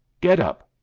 get up!